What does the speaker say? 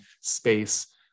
space